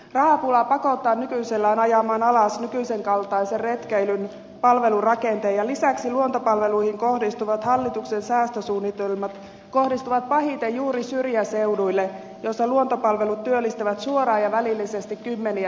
rahapula pakottaa nykyisellään ajamaan alas nykyisen kaltaisen retkeilyn palvelurakenteen ja lisäksi luontopalveluihin kohdistuvat hallituksen säästösuunnitelmat kohdistuvat pahiten juuri syrjäseuduille joilla luontopalvelut työllistävät suoraan ja välillisesti kymmeniä ihmisiä